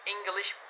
English